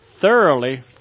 thoroughly